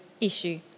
issue